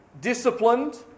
disciplined